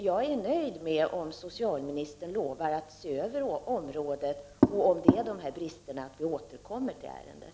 Jag är dock nöjd om socialministern lovar att se över detta område och att, om det visar sig finnas sådana brister som jag har pekat på, återkomma till ärendet.